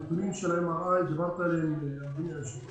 הנתונים של ה-MRI, דיברת עליהם, אדוני היושב-ראש,